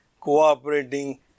cooperating